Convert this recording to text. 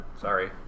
Sorry